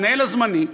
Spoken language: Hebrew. למנהל הזמני,